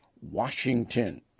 Washington